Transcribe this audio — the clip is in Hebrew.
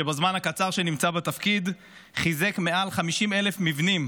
שבזמן הקצר שהוא נמצא בתפקיד חיזק מעל 50,000 מבנים